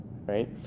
right